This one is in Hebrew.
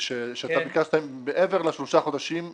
שאתה ביקשת הם מעבר לשלושה חודשים היערכות,